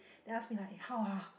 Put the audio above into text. then ask me like how ah